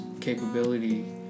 capability